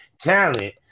talent